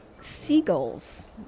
seagulls